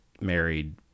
married